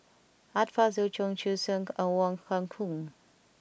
Art Fazil Cheong Siew Keong and Wong Kah Chun